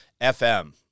FM